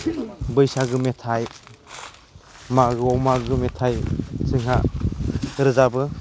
बैसागो मेथाइ मागोआव मागो मेथाइ जोंहा रोजाबो